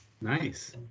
nice